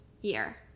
year